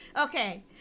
Okay